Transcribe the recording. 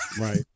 right